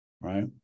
right